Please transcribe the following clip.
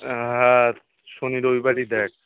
হ্যাঁ শনি রবিবারই দেখ